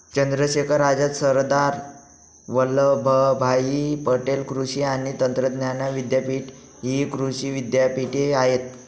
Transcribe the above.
चंद्रशेखर आझाद, सरदार वल्लभभाई पटेल कृषी आणि तंत्रज्ञान विद्यापीठ हि कृषी विद्यापीठे आहेत